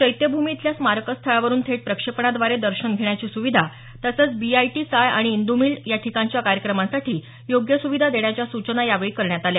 चैत्यभूमी इथल्या स्मारकस्थळावरून थेट प्रक्षेपणाद्वारे दर्शन घेण्याची सुविधा तसंच बीआयटी चाळ आणि इंदूमिल या ठिकाणच्या कार्यक्रमांसाठी योग्य सुविधा देण्याच्या सूचना यावेळी करण्यात आल्या